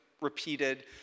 repeated